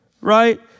right